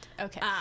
Okay